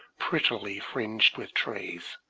prettily fringed with trees.